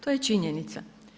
To je činjenica.